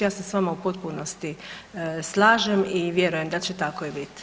Ja se s vama u potpunosti slažem i vjerujem da će tako i bit.